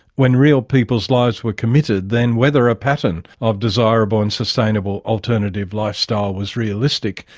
when real people's lives were committed, then, whether a pattern of desirable and sustainable alternative lifestyle was realistic,